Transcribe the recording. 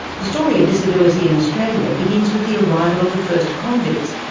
the story of disability in australia begins with the arrival of the first convicts,